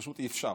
פשוט אי-אפשר.